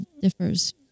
differs